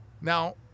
Now